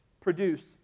produce